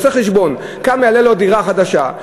עושה חשבון כמה תעלה לו דירה חדשה,